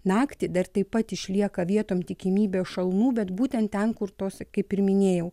naktį dar taip pat išlieka vietom tikimybė šalnų bet būtent ten kur tos kaip ir minėjau